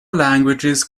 languages